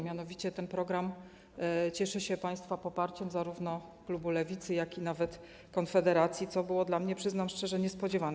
Mianowicie ten program cieszy się państwa poparciem, zarówno klubu Lewicy, jak i nawet Konfederacji, co było dla mnie, przyznam szczerze, niespodziewane.